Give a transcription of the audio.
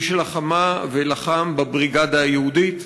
מי שלחמה ולחם בבריגדה היהודית.